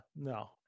no